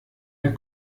der